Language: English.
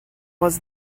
was